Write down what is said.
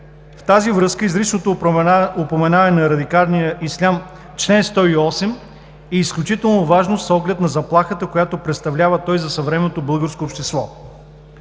В тази връзка изричното упоменаване на радикалния ислям – чл. 108, е изключително важно с оглед на заплахата, който представлява той за съвременното българско общество.